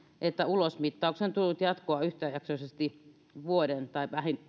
että ulosmittauksen on tullut jatkua yhtäjaksoisesti vuoden tai